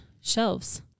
shelves